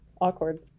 awkward